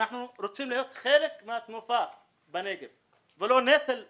אנחנו רוצים להיות חלק מהתנופה בנגב ו לא נטל בנגב.